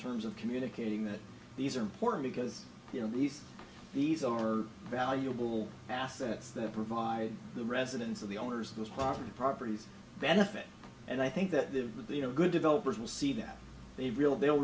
terms of communicating that these are important because you know these these are valuable assets that provide the residents of the owners of this property properties benefit and i think that there would be you know good developers will see that they real they'll